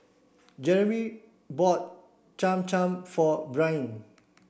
Jeremey bought Cham Cham for Brynn